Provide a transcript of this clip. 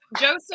Joseph